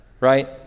right